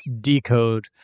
decode